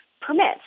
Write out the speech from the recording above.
permits